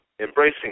embracing